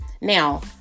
Now